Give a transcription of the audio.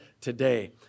today